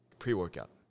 pre-workout